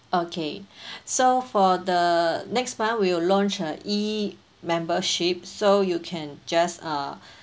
okay so for the next month we'll launch a E_membership so you can just uh